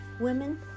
women